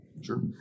Sure